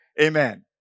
amen